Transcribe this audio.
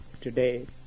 today